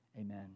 Amen